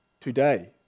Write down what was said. today